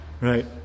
right